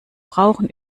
brauchen